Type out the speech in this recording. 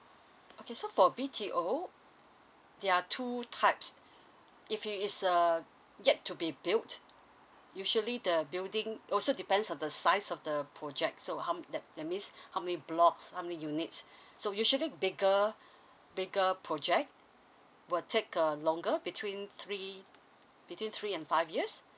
okay so for B_T_O there are two types if it is a yet to be built usually the building also depends on the size of the project so how that that means how may blocks how many units so usually bigger bigger project will take a longer between three between three and five years